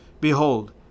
Behold